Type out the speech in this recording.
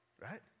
right